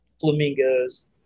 flamingos